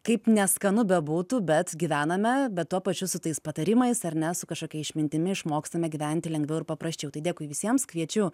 kaip neskanu bebūtų bet gyvename bet tuo pačiu su tais patarimais ar ne su kažkokia išmintimi išmokstame gyventi lengviau ir paprasčiau tai dėkui visiems kviečiu